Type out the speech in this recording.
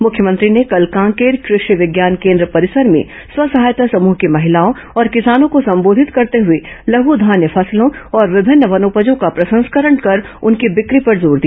मुख्यमंत्री ने कल कांकेर कषि विज्ञान केन्द्र परिसर में स्व सहायता समृह की महिलाओं और किसानों को संबोधित करते हुए लघू धान्य फसलों और विभिन्न वनोपजों का प्रसंस्करण कर उनकी बिक्री पर जोर दिया